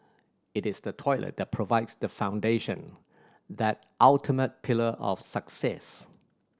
it is the toilet that provides the foundation that ultimate pillar of success